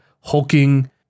hulking